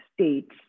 states